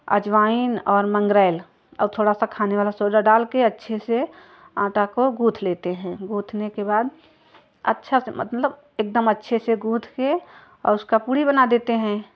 अजवाइन और मंगरैल और थोड़ा सा खाने वाले सोडा डालकर अच्छे से आटा को गूंथ लेते हैं गूंथने के बाद अच्छा से मतलब एकदम अच्छे से गूंथ के और उसका पूड़ी बना देते हैं